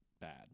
bad